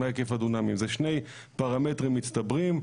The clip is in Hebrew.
אלה שני פרמטרים מצטברים.